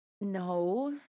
No